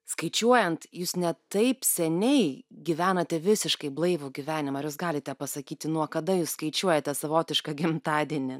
skaičiuojant jūs ne taip seniai gyvenate visiškai blaivų gyvenimą ar jūs galite pasakyti nuo kada jūs skaičiuojate savotišką gimtadienį